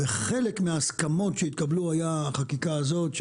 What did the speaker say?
וחלק מההסכמות שהתקבלו היה החקיקה הזאת,